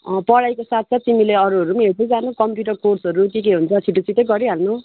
पढाइको साथसाथ तिमीले अरूहरू पनि हेर्दै जानु कम्प्युटर कोर्सहरू के के हुन्छ छिटो छिटै गरिहाल्नु